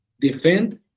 Defend